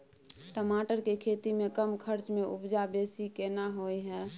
टमाटर के खेती में कम खर्च में उपजा बेसी केना होय है?